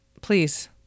please